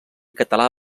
català